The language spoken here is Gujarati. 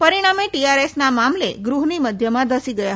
પરિણામે ટીઆરએસના મામલે ગૃહની મધ્યમાં ધસી ગયા